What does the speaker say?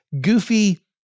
goofy